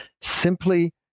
simply